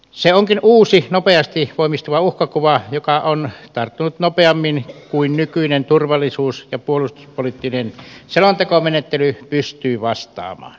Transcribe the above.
se onkin uusi nopeasti voimistuva uhkakuva joka on tarttunut nopeammin kuin nykyinen turvallisuus ja puolustuspoliittinen selontekomenettely pystyy vastaamaan